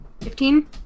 Fifteen